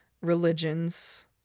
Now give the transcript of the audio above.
religions